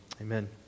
amen